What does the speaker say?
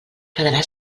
quedarà